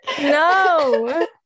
No